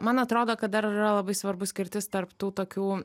man atrodo kad dar yra labai svarbu skirtis tarp tų tokių